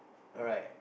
alright